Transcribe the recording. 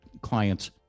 clients